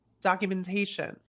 documentation